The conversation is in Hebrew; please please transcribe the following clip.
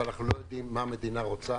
ואנחנו לא יודעים מה המדינה רוצה.